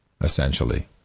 essentially